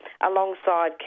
alongside